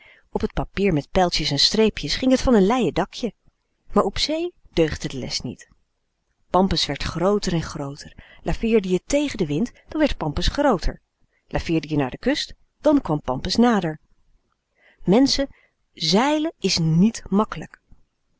op t papier met pijltjes en streepjes ging t van n leien dakje maar op zee deugde de les niet pampus werd grooter en grooter laveerde je t e g e n den wind dan werd pampus grooter laveerde je naar de kust dan kwam pampus nàder menschen zeilen is nièt makkelijk